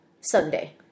Sunday